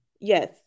Yes